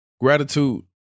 Gratitude